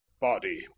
body